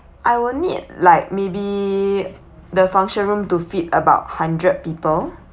I will need like maybe the function room to fit about hundred people